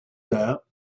that